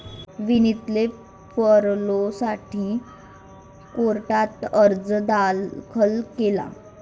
विनीतने पॅरोलसाठी कोर्टात अर्ज दाखल केला